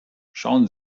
schauen